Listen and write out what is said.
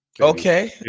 Okay